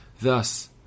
Thus